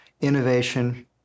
innovation